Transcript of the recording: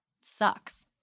sucks